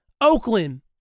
Oakland